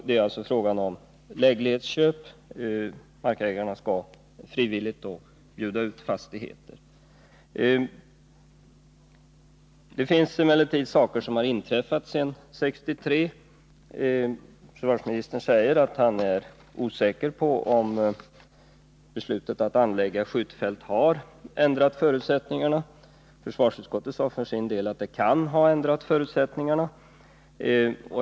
Det är här fråga om läglighetsköp, dvs. markägarna skall frivilligt bjuda ut fastigheter. Det har emellertid inträffat saker efter riksdagsbeslutet 1963. Försvarsministern säger i svaret att han är osäker om beslutet att anlägga skjutfält har ändrat förutsättningarna. Försvarsutskottet ansåg dock att det kan ha ändrat förutsättningarna.